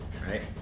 Right